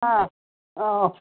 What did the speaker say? ꯑꯥ ꯑꯥꯎ